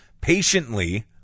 patiently